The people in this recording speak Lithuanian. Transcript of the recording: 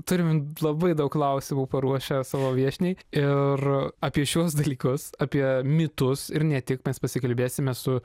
turim labai daug klausimų paruošę savo viešniai ir apie šiuos dalykus apie mitus ir ne tik mes pasikalbėsime su